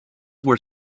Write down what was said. were